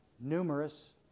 numerous